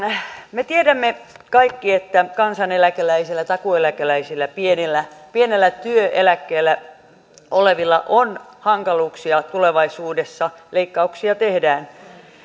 me tiedämme kaikki että kansaneläkeläisillä takuueläkeläisillä pienellä työeläkkeellä olevilla on hankaluuksia tulevaisuudessa leikkauksia tehdään